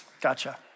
Gotcha